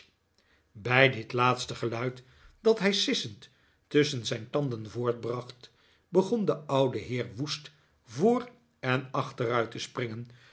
bij dit laatste geluid dat hij sissend tusschen zijn tanden voortbracht begon de oude heer woest voor en achteruit te springen